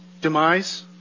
demise